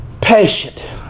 patient